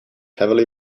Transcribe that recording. heavily